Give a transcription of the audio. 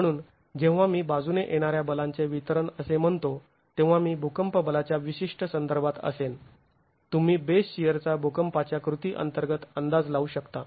म्हणून जेव्हा मी बाजूने येणार्या बलांचे वितरण असे म्हणतो तेव्हा मी भूकंप बलाच्या विशिष्ट संदर्भात असेन तुम्ही बेस शिअरचा भूकंपाच्या कृती अंतर्गत अंदाज लावू शकता